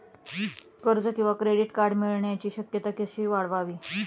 कर्ज किंवा credit card मिळण्याची शक्यता कशी वाढवावी?